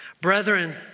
Brethren